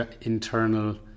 internal